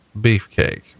beefcake